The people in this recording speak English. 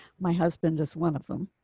my husband is one of them.